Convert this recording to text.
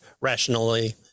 rationally